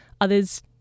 others